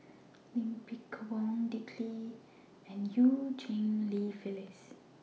Low Kim Pong Dick Lee and EU Cheng Li Phyllis